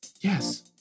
Yes